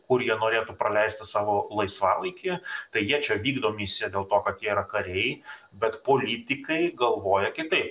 kur jie norėtų praleisti savo laisvalaikį tai jie čia vykdomi dėl to kad jie yra kariai bet politikai galvoja kitaip